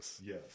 yes